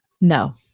No